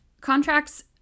contracts